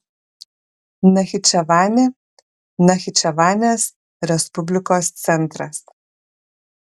nachičevanė nachičevanės respublikos centras